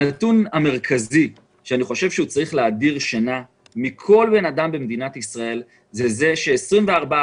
הנתון המרכזי שצריך להדיר שינה מכל אדם במדינת ישראל זה ש-24%,